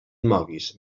moguis